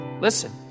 Listen